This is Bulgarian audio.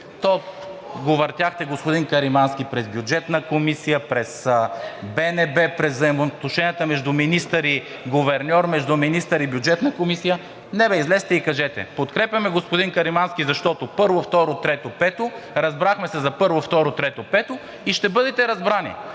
То го въртяхте господин Каримански през Бюджетна комисия, през БНБ, през взаимоотношенията между министър и гуверньор, между министър и Бюджетна комисия. Не бе, излезте и кажете: подкрепяме господин Каримански, защото: първо, второ, трето, пето. Разбрахме се за първо, второ, трето, пето и ще бъдете разбрани,